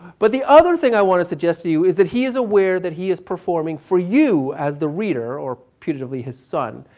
but the other thing i want to suggest to you is that he is aware that he is performing for you, the reader or putatively, his son.